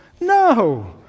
No